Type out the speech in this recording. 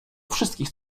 wszystkich